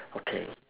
okay